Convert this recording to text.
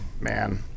Man